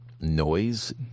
noise